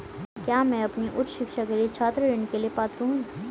क्या मैं अपनी उच्च शिक्षा के लिए छात्र ऋण के लिए पात्र हूँ?